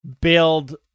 build